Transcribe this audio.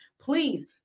please